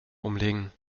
umlegen